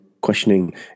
questioning